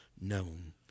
known